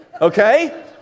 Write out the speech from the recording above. Okay